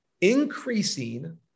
increasing